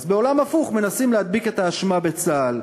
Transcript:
אז בעולם הפוך מנסים להדביק את האשמה לצה"ל.